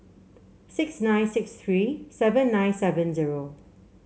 six nine six three seven nine seven zero